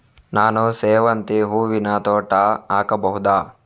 ನಾನು ಸೇವಂತಿ ಹೂವಿನ ತೋಟ ಹಾಕಬಹುದಾ?